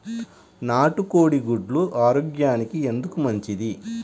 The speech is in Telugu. నాటు కోడి గుడ్లు ఆరోగ్యానికి ఎందుకు మంచిది?